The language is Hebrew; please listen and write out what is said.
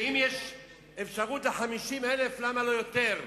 ואם יש אפשרות ל-50,000, למה לא יותר?